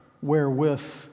wherewith